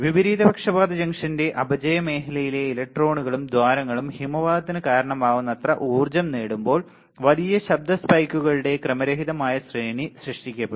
വിപരീത പക്ഷപാത ജംഗ്ഷന്റെ അപചയ മേഖലയിലെ ഇലക്ട്രോണുകളും ദ്വാരങ്ങളും ഹിമപാതത്തിന് കാരണമാകുന്നത്ര ഊർജ്ജം നേടുമ്പോൾ വലിയ ശബ്ദ സ്പൈക്കുകളുടെ ക്രമരഹിതമായ ശ്രേണി സൃഷ്ടിക്കപ്പെടും